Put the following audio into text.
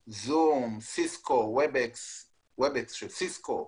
זום, סיסקו, וובקס של סיסקו.